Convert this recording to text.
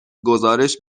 گزارش